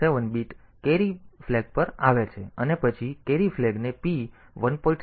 7 bit carry flag પર આવે છે અને પછી કેરી ફ્લેગને p 1